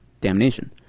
damnation